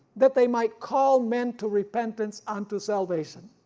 that they might call men to repentance unto salvation.